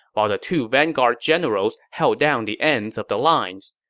while the two vanguard generals held down the ends of the lines.